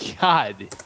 God